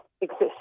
exist